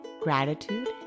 Gratitude